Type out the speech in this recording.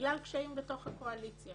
כמו הבובה על הדש-בורד כי אני אמרתי ואתה תעשה.